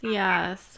yes